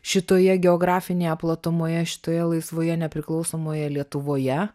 šitoje geografinėje platumoje šitoje laisvoje nepriklausomoje lietuvoje